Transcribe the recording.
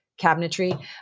cabinetry